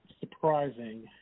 surprising